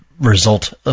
result